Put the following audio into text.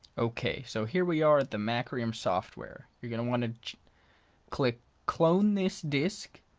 okay so here we are at the macrium software. you're gonna want to click clone this disk,